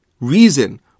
reason